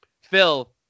Phil